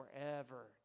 forever